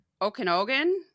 Okanogan